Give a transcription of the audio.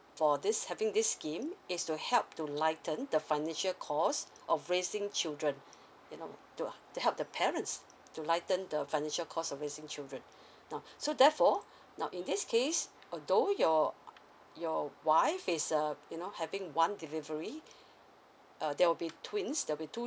for this having this scheme is to help to lighten the financial cost of raising children you know to to help the parents to lighten the financial cost of raising children now so therefore now in this case although your your wife is uh you know having one delivery uh there will be twins there'll be two